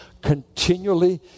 continually